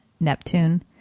Neptune